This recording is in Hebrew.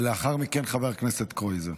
לאחר מכן, חבר הכנסת קרויזר.